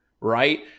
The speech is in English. right